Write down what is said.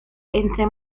entre